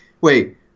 wait